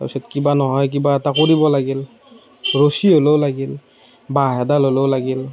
তাৰ পাছত কিবা নহয় কিবা এটা কৰিব লাগিল ৰচি হ'লেও লাগিল বাঁহ এডাল হ'লেও লাগিল